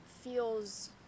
feels